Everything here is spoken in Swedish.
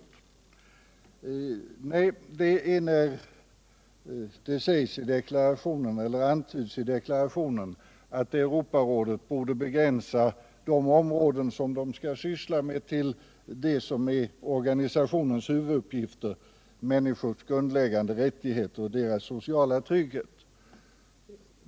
Jag ville i stället något kommentera den antydan som i denna deklaration görs att Europarådet borde begränsa sig till att syssla med de områden där organisationen har sina huvuduppgifter, nämligen människors grundläggande rättigheter och deras sociala trygghet.